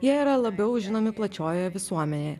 jie yra labiau žinomi plačiojoje visuomenėje